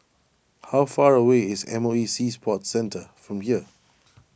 how far away is M O E Sea Sports Centre from here